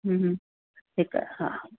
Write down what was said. हिकु हा